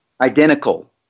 identical